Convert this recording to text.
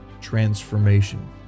transformation